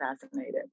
fascinated